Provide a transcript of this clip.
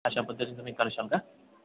अशा पद्धतीनं तुम्ही कराल का